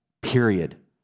period